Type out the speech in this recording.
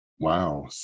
Wow